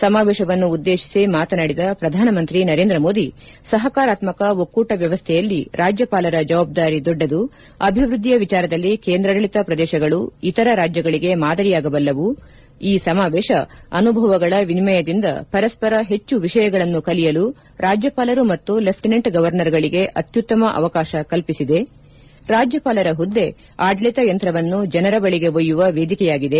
ಸಮಾವೇಶವನ್ನು ಉದ್ದೇಶಿಸಿ ಮಾತನಾಡಿದ ಪ್ರಧಾನ ಮಂತ್ರಿ ನರೇಂದ್ರ ಮೋದಿ ಸಹಕಾರಾತ್ಮಕ ಒಕ್ಕೂಟ ವ್ಯವಸ್ಥೆಯಲ್ಲಿ ರಾಜ್ಯಪಾಲರ ಜವಾಬ್ದಾರಿ ದೊಡ್ಡದು ಅಭಿವೃದ್ಧಿಯ ವಿಚಾರದಲ್ಲಿ ಕೇಂದ್ರಾಡಳಿತ ಪ್ರದೇಶಗಳು ಇತರ ರಾಜ್ಯಗಳಿಗೆ ಮಾದರಿಯಾಗಬಲ್ಲವು ಈ ಸಮಾವೇಶ ಅನುಭವಗಳ ವಿನಿಮಯದಿಂದ ಪರಸ್ಪರ ಹೆಚ್ಚು ವಿಷಯಗಳನ್ನು ಕಲಿಯಲು ರಾಜ್ಯಪಾಲರು ಮತ್ತು ಲೆಫ್ಟಿನೆಂಟ್ ಗವರ್ನರ್ಗಳಿಗೆ ಅತ್ಯುತ್ತಮ ಅವಕಾಶ ಕಲ್ಪಿಸಿದೆ ರಾಜ್ಯಪಾಲರ ಮದ್ದೆ ಆಡಳಿತ ಯಂತ್ರವನ್ನು ಜನರ ಬಳಿಗೆ ಒಯ್ಯುವ ವೇದಿಕೆಯಾಗಿದೆ